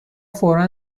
فورا